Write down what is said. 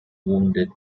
wounded